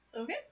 Okay